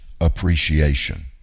appreciation